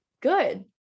good